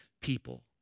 people